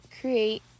create